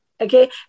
okay